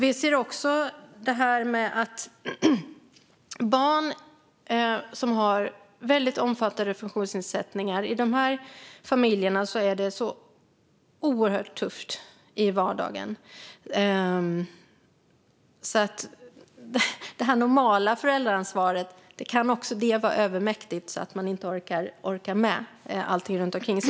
I familjer med barn som har omfattande funktionsnedsättningar är vardagen oerhört tuff. Här kan även det normala föräldraansvaret vara så övermäktigt att man inte orkar med allt runt omkring.